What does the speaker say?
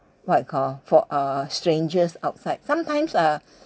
what you call for uh strangers outside sometimes uh